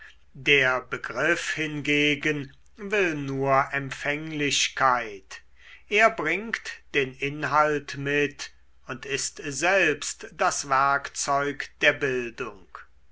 der begriff hingegen will nur empfänglichkeit er bringt den inhalt mit und ist selbst das werkzeug der bildung